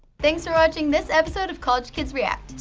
thanks for watching this episode of college kids react.